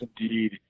indeed